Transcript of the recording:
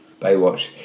Baywatch